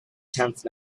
tenth